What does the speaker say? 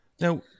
Now